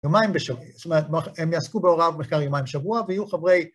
יומיים בשבוע, זאת אומרת הם יעסקו בהוראה במחקר יומיים בשבוע ויהיו חברי